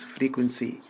Frequency